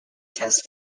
test